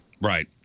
Right